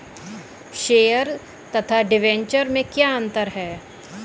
Share तथा debenture में क्या अंतर है?